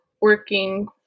working